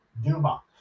Duma